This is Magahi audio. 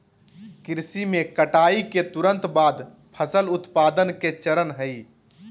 कृषि में कटाई के तुरंत बाद फसल उत्पादन के चरण हइ